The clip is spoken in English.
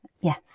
Yes